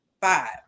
Five